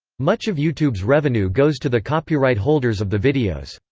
much of youtube's revenue goes to the copyright holders of the videos.